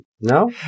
No